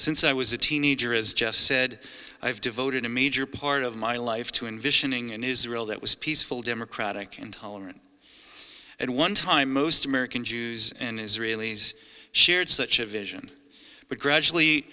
since i was a teenager is just said i've devoted a major part of my life to envisioning an israel that was peaceful democratic and tolerant at one time most american jews and israelis shared such a vision but gradually